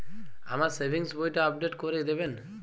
আমার সেভিংস বইটা আপডেট করে দেবেন?